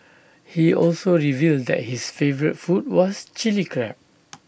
he also revealed that his favourite food was Chilli Crab